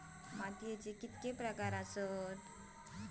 मातीचे प्रकार कितके आसत?